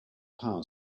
power